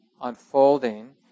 unfolding